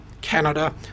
Canada